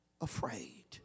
Afraid